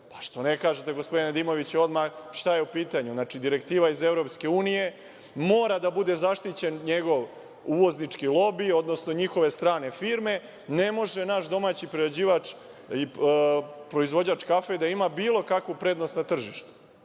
kažete odmah, gospodine Nedimoviću, odmah šta je u pitanju. Znači, direktiva iz EU, mora da bude zaštićen njegov uvoznički lobi, odnosno njihove strane firme, ne može naš domaći prerađivač i proizvođač kafe da ima bilo kakvu prednost na tržištu.